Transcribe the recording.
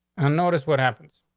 and notice what happens.